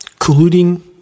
colluding